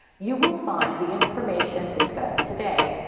you will find the information discussed today,